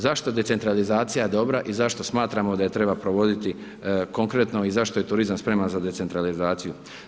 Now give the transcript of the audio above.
Zašto decentralizacija je dobra i zašto smatramo da je treba provoditi konkretno i zašto je turizam spreman za decentralizaciju?